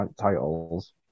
titles